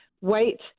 wait